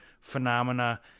phenomena